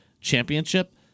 championship